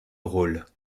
rôle